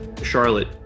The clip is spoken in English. Charlotte